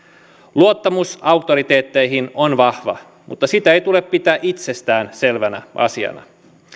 luottamus auktoriteetteihin on vahva mutta sitä ei tule pitää itsestään selvänä asiana